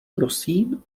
prosím